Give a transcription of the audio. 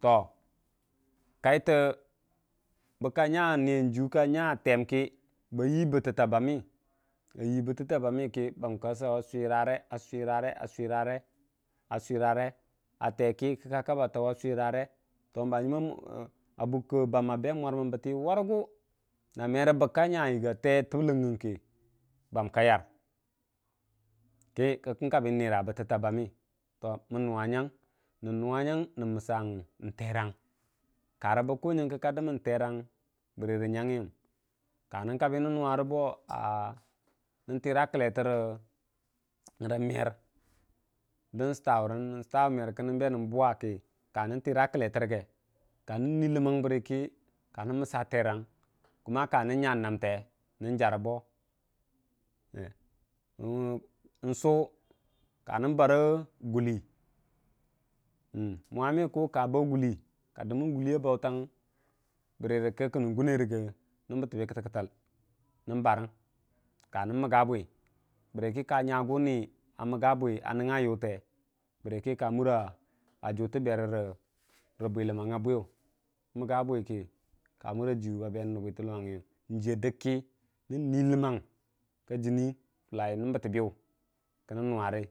to kaitə bə kanya temkə ba yii bəttəta bamə kəkka jau a surare a surare a teki ka kaba taw a surare abukkə bam a be winarmən bəttə warəgu na merə bəkka nya yiga te təbləngən kə bam ka yar, kə kəkkən kabə nnra bəttəta bamə to mən nuwa nyang nən nuwa nyan nən məssa terang karə bə kʊ nyənke ka demən terang berərə nyangəyəm ka nən kabə nən nuwarə bo a nən təra kəllete re mer dən sətta wurən nən səttawu mer kə kənən be ndu bʊwa kə ka ndu təra kəlletə rəge kanən nu ləmang bərəkə ka nən wəssa terang ka nən nya namte ŋan jarə bo ngsu ka nən barə guli mwamə ku ka bau gʊli ka dəmən guli a bautang bərəkə kənən gunnerəgə nən bəttəbə kəttəkəi nən barən ka nən məgga bwi, bərəkə ka nyagu ni a məgga bwi, bərəkə ka mura juttə berəra bwələmmannga bwiyʊ ka mura ji ba benən nə bwiləmmangugi ya bwiyu jiya dəkkə nən ni ləmmang a jiniyu fəlla nən bəttəbəyu.